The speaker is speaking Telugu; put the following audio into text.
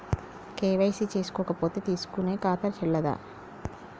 కే.వై.సీ చేసుకోకపోతే తీసుకునే ఖాతా చెల్లదా?